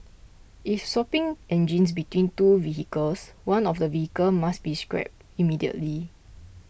if swapping engines between two vehicles one of the vehicles must be scrapped immediately